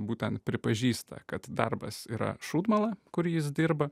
būtent pripažįsta kad darbas yra šūdmala kur jis dirba